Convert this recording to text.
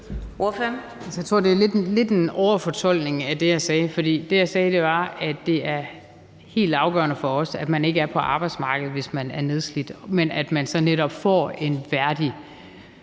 Jeg tror, det er lidt en overfortolkning af det, jeg sagde. Det, jeg sagde, var, at det er helt afgørende for os, at man ikke er på arbejdsmarkedet, hvis man er nedslidt – men at man netop får en værdig